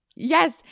Yes